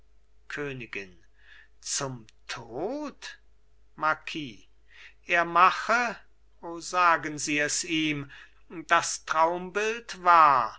königin zum tod marquis er mache o sagen sie es ihm das traumbild wahr